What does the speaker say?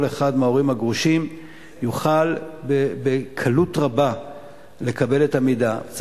אחד מההורים הגרושים יוכל לקבל את המידע בקלות רבה.